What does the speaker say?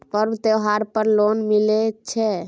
पर्व त्योहार पर लोन मिले छै?